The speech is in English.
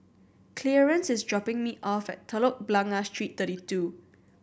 Clearence is dropping me off at Telok Blangah Street Thirty Two